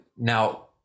Now